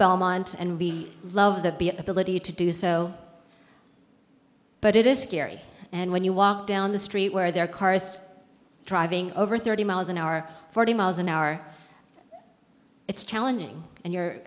belmont and we love the b ability to do so but it is scary and when you walk down the street where there are cars driving over thirty miles an hour forty miles an hour it's challenging and you